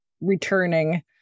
returning